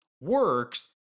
works